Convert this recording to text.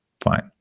Fine